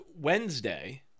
Wednesday